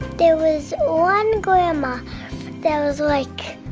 the was one grandma that was like,